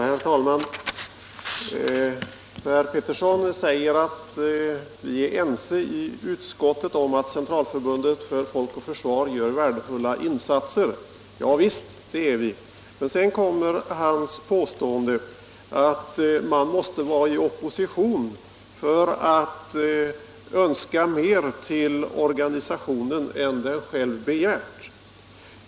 Herr talman! Herr Petersson i Gäddvik säger att vi är ense i utskottet om att Centralförbundet Folk och försvar gör värdefulla insatser. Javisst, det är vi. Men sedan kommer hans påstående att man måste vara i opposition för att önska mer till en organisation än den själv har begärt.